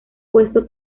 puesto